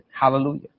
Hallelujah